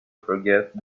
forget